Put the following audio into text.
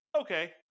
Okay